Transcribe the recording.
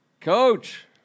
Coach